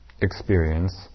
experience